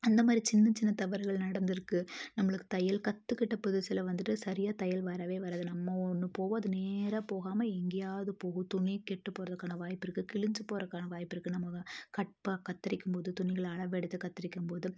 அந்தமாதிரி சின்ன சின்ன தவறுகள் நடந்துருக்குது நம்மளுக்கு தையல் கற்றுக்கிட்ட புதுசுல வந்துட்டு சரியா தையல் வரவே வராது நம்ம ஒன்று போவோம் அது நேராக போகாம எங்கேயாவது போகும் துணி கெட்டு போகிறதுக்கான வாய்ப்பு இருக்குது கிழிஞ்சு போறதுக்கான வாய்ப்பு இருக்குது நம்ம கட் ப கத்தரிக்கும் போது துணிகளை அளவெடுத்து கத்தரிக்கும் போது